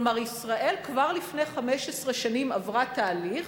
כלומר ישראל כבר לפני 15 שנים עברה תהליך